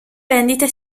vendite